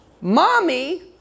Mommy